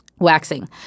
Waxing